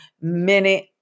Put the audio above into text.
minute